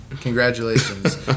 Congratulations